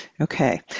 Okay